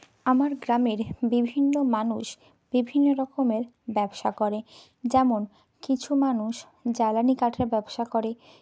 আমার গ্রামের বিভিন্ন মানুষ বিভিন্ন রকমের ব্যবসা করে যেমন কিছু মানুষ জ্বালানী কাঠের ব্যবসা করে